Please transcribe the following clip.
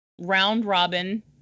round-robin